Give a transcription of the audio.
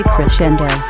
Crescendo